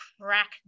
crack